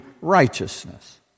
righteousness